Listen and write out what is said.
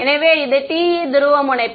எனவே இது TE துருவமுனைப்பு